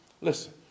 listen